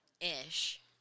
Ish